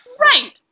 Right